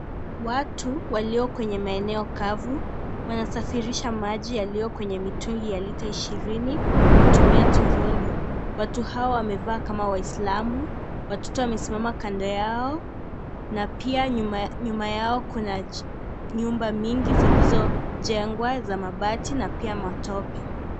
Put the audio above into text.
Watu walio kwenye maeneo kavu wanasafirisha maji yaliyo kwenye mitungi ya lita ishirini kutumia toroli. Watu hawa wamevaa kama waislamu, watoto wamesimama kando yao na pia nyuma yao kuna nyumba mingi zilizojengwa za mabati na pia matope.